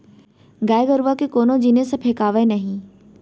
गाय गरूवा के कोनो जिनिस ह फेकावय नही